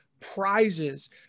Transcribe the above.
prizes